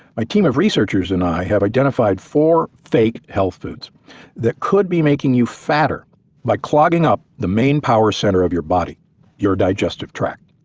my team of researchers and i have identified four fake health foods that could be making you fatter by clogging up the main power center of your body your digestive tract.